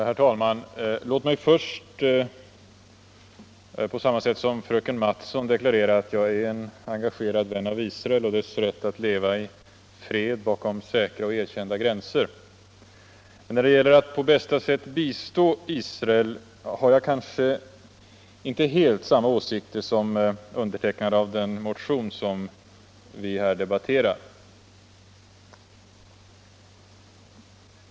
Herr talman! Låt mig först på samma sätt som fröken Mattson deklarera att jag är en engagerad vän av Israel och dess rätt att leva i fred bakom säkra och erkända gränser. Men när det gäller att på bästa sätt bistå Israel har jag kanske inte helt samma åsikter som undertecknarna av den motion vi nu diskuterar.